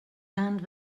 land